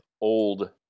old